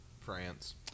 France